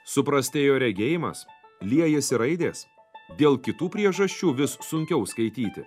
suprastėjo regėjimas liejasi raidės dėl kitų priežasčių vis sunkiau skaityti